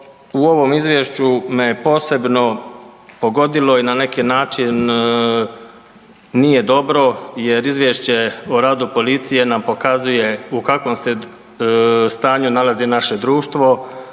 u ovom Izvješću me posebno pogodilo je na neki način nije dobro, jer Izvješće o radu policije nam pokazuje u kakvom se stanju nalazi naše društvo,